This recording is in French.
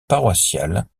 paroissiale